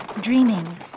dreaming